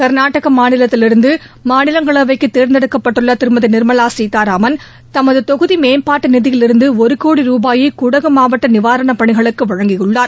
கர்நாடக மாநிலத்திலிருந்து மாநிலங்களவைக்கு தேர்ந்தெடுக்கப்பட்டுள்ள திருமதி நிர்மலா தோராமன் தமது தொகுதி மேம்பாட்டு நிதியிலிருந்து ஒரு கோடி ருபாயை குடகு மாவட்ட நிவாரணப் பணிகளுக்கு வழங்கியுள்ளார்